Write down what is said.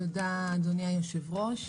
תודה, אדוני היושב-ראש.